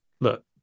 look